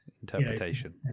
interpretation